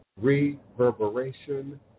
reverberation